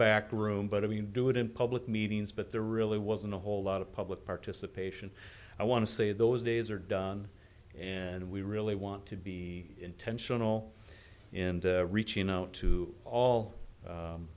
back room but i mean do it in public meetings but there really wasn't a whole lot of public participation i want to say those days are done and we really want to be intentional in reaching out to all